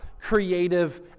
creative